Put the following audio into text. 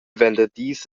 venderdis